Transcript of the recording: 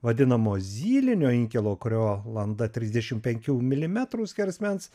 vadinamo zylinio inkilo kurio landa trisdešim penkių milimetrų skersmens